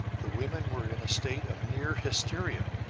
the women were in a state of near-hysteria,